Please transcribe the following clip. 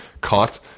caught